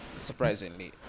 surprisingly